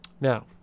Now